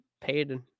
paid